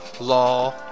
law